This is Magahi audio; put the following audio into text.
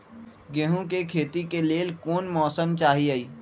गेंहू के खेती के लेल कोन मौसम चाही अई?